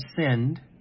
sinned